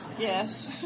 Yes